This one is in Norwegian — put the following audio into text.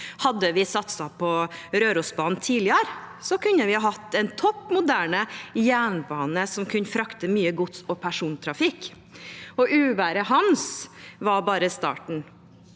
Hadde vi satset på Rørosbanen tidligere, kunne vi hatt en topp moderne jernbane som kunne fraktet mye gods og persontrafikk. Uværet «Hans» var bare starten.